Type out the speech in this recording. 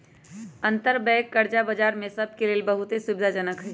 अंतरबैंक कर्जा बजार बैंक सभ के लेल बहुते सुविधाजनक हइ